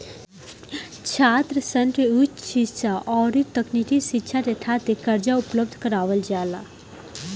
छात्रसन के उच शिक्षा अउरी तकनीकी शिक्षा खातिर कर्जा उपलब्ध करावल जाला